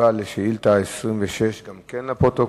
ביום י"ד בניסן התשס"ט (8 באפריל